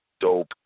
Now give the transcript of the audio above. dope